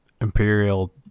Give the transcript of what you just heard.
imperial